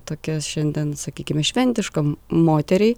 tokia šiandien sakykim šventiška moteriai